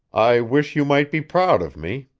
i wish you might be proud of me,